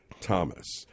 Thomas